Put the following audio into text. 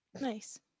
nice